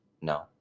no